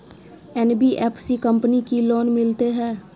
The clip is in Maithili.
एन.बी.एफ.सी कंपनी की लोन मिलते है?